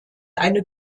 eine